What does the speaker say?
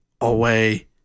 away